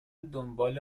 دنبال